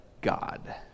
God